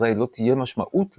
אזי לא תהיה משמעות לזמן.